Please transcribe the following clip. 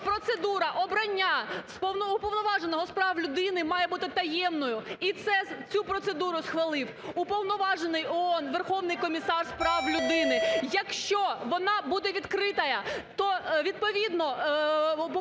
процедура обрання Уповноваженого з прав людини має бути таємною, і цю процедуру схвалив Уповноважений ООН, Верховний комісар з прав людини. Якщо вона буде відкрита, то відповідно Уповноважений